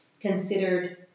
considered